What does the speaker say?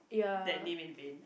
that name in vain